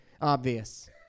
obvious